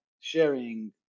sharing